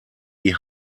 die